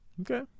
okay